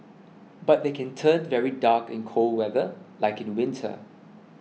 but they can turn very dark in cold weather like in winter